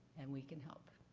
and we can help.